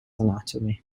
anatomy